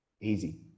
Easy